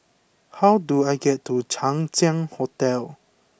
how do I get to Chang Ziang Hotel